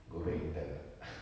go back in time tak